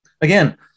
again